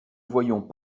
voyions